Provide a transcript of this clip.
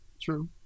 True